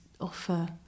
offer